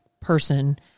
person